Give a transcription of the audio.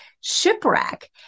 shipwreck